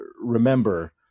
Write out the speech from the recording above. remember